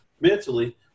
mentally